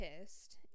pissed